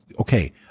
okay